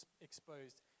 exposed